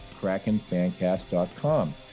KrakenFanCast.com